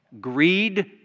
greed